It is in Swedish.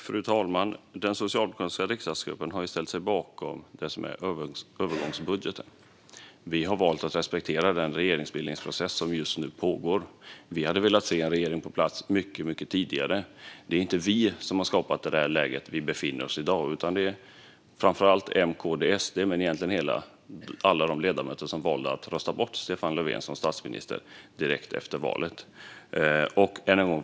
Fru talman! Den socialdemokratiska riksdagsgruppen har ställt sig bakom det som är övergångsbudgeten. Vi har valt att respektera den regeringsbildningsprocess som just nu pågår. Vi hade velat se en regering på plats mycket tidigare. Det är inte vi som har skapat det läge vi i dag befinner oss i, utan det är framför allt M, KD och SD. Det är egentligen alla de ledamöter som valde att rösta bort Stefan Löfven som statsminister direkt efter valet.